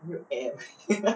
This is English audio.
need to air